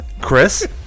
Chris